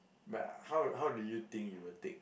but how how do you think you will take